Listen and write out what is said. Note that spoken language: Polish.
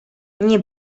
nie